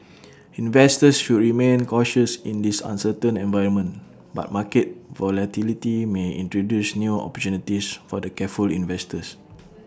investors should remain cautious in this uncertain environment but market volatility may introduce new opportunities for the careful investor